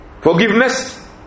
forgiveness